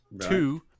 Two